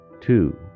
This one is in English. two